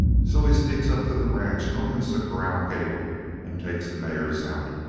so he sneaks up to the ranch and opens the corral gate and takes the mares out.